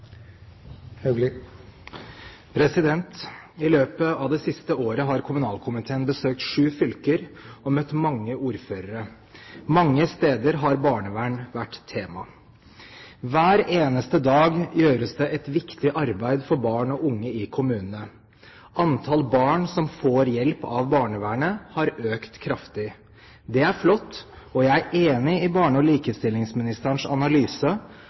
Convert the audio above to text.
I løpet av det siste året har kommunalkomiteen besøkt sju fylker og møtt mange ordførere. Mange steder har barnevern vært temaet. Hver eneste dag gjøres det et viktig arbeid for barn og unge i kommunene. Antall barn som får hjelp av barnevernet, har økt kraftig. Det er flott, og jeg er enig i barne- og likestillingsministerens analyse.